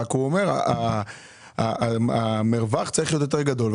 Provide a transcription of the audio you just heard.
רק הוא אומר המרווח צריך להיות יותר גדול,